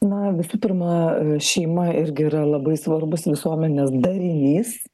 na visų pirma šeima irgi yra labai svarbus visuomenės darinys